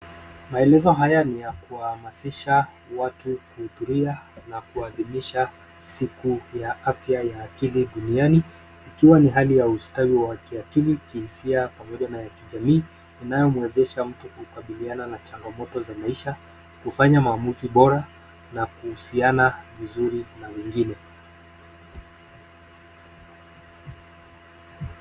Maelezo haya ni ya kuhamasisha watu kuhudhuria na kuadilisha siku ya afya ya akili duniani ikiwa ni hali ya ustawi wa kiakili, kihisia pamoja na ya kijamii inayomwezesha mtu kukabiliana na changamoto za maisha, kufanya maamuzi bora na kuhusiana vizuri na wengine.